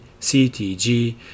CTG